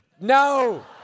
No